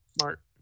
smart